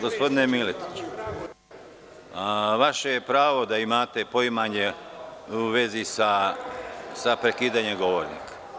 Gospodine Mileniću, vaše je pravo da imate poimanje u vezi sa prekidanjem govornika.